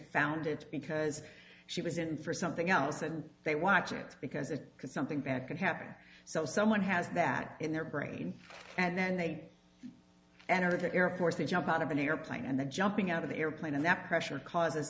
found it's because she was in for something else and they watch it because it's because something bad can happen so someone has that in their brain and then they enter the air force they jump out of an airplane and then jumping out of the airplane and that pressure causes